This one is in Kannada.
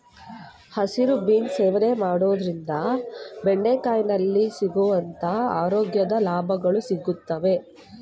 ಹಸಿರು ಬೀನ್ಸ್ ಸೇವನೆ ಮಾಡೋದ್ರಿಂದ ಬೆಂಡೆಕಾಯಿಯಲ್ಲಿ ಸಿಗುವಂತ ಆರೋಗ್ಯದ ಲಾಭಗಳು ಸಿಗುತ್ವೆ